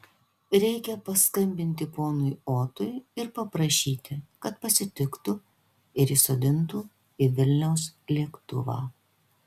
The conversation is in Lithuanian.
reikia paskambinti ponui otui ir paprašyti kad pasitiktų ir įsodintų į vilniaus lėktuvą